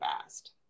fast